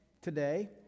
today